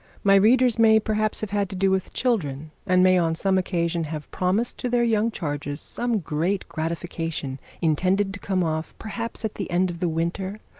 my readers may perhaps have had to do with children, and may on some occasion have promised to their young charges some great gratification intended to come off, perhaps at the end of the winter,